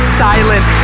silent